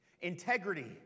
integrity